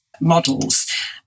models